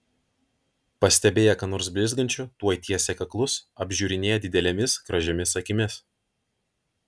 pastebėję ką nors blizgančio tuoj tiesia kaklus apžiūrinėja didelėmis gražiomis akimis